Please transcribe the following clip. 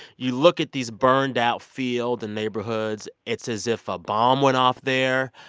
you look at these burned out field and neighborhoods. it's as if a bomb went off there.